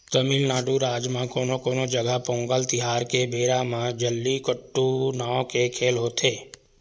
तमिलनाडू राज म कोनो कोनो जघा पोंगल तिहार के बेरा म जल्लीकट्टू नांव के खेल होथे